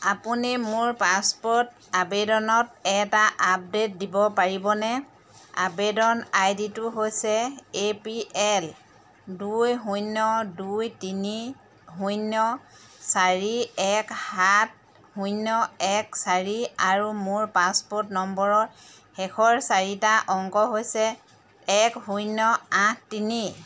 আপুনি মোৰ পাছপোৰ্ট আবেদনত এটা আপডেট দিব পাৰিবনে আৱেদন আই ডিটো হৈছে এ পি এল দুই শূন্য দুই তিনি শূন্য চাৰি এক সাত শূন্য এক চাৰি আৰু মোৰ পাছপোৰ্ট নম্বৰৰ শেষৰ চাৰিটা অংক হৈছে এক শূন্য আঠ তিনি